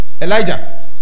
Elijah